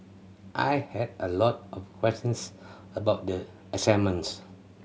I had a lot of questions about the assignments